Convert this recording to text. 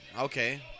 Okay